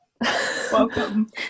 Welcome